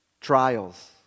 trials